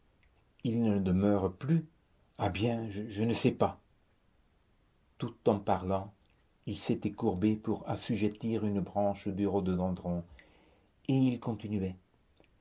il ne demeure plus ah bien je ne sais pas tout en parlant il s'était courbé pour assujettir une branche du rhododendron et il continuait